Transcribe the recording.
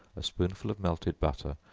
a spoonful of melted butter,